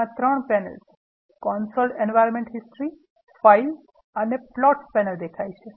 જેમા 3 panels console environmental historyફાઇલ અને પ્લોટ્સ પેનલ દેખાય છે